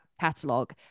catalog